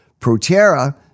Proterra